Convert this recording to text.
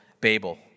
Babel